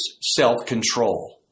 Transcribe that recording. self-control